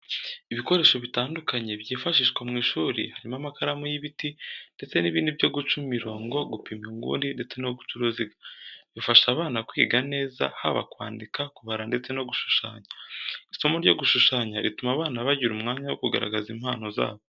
Ibikoresho bitandukanye byifashishwa mu ishuri harimo amakaramu y'ibiti ndetse n'ibindi byo guca imirongo, gupima inguni, ndetse no guca uruziga. Bifasha abana kwiga neza haba kwandika, kubara ndetse no gushushanya. Isomo ryo gushushanya rituma abana bagira umwanya wo kugaragaza impano zabo.